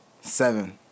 seven